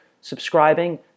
subscribing